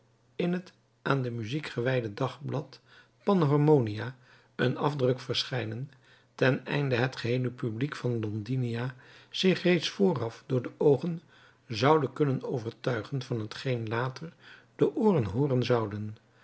in het aan de muziek gewijde dagblad panharmonia een afdruk verschijnen ten einde het geheele publiek van londinia zich reeds vooraf door de oogen zoude kunnen overtuigen van hetgeen later de ooren hooren zouden